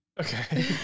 okay